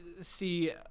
see